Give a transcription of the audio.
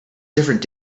different